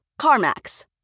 CarMax